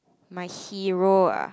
my hero ah